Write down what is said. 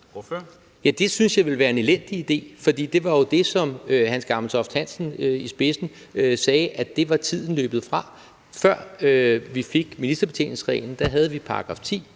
(V): Det synes jeg ville være en elendig idé, for det var jo det, som man med Hans Gammeltoft-Hansen i spidsen sagde at tiden var løbet fra. Før vi fik ministerbetjeningsreglen, havde vi § 10